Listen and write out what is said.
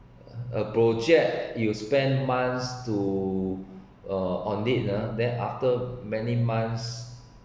a project you spent months to uh on it ah then after many months